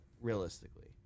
Realistically